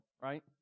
right